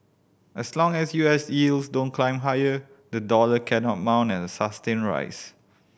as long as U S yields don't climb higher the dollar cannot mount a sustained rise